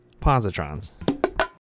positrons